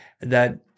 that-